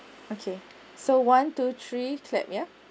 okay so one two three clap ya